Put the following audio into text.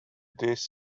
this